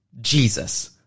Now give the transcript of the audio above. Jesus